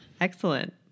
Excellent